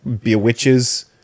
bewitches